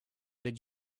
did